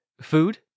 Food